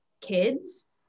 kids